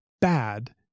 bad